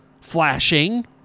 flashing